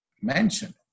mentioned